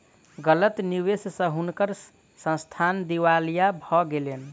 गलत निवेश स हुनकर संस्थान दिवालिया भ गेलैन